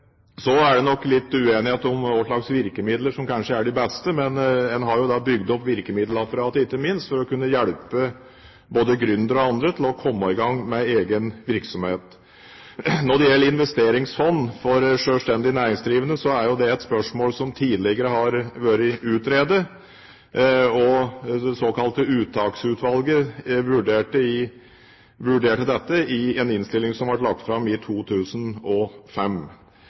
Så er det nok litt uenighet om hva slags virkemidler som er de beste, men en har bygd opp virkemiddelapparatet ikke minst for å kunne hjelpe både gründere og andre til å komme i gang med egen virksomhet. Når det gjelder investeringsfond for selvstendig næringsdrivende, er det et spørsmål som tidligere har vært utredet. Det såkalte Uttaksutvalget vurderte dette i en innstilling som ble lagt fram i 2005.